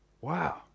wow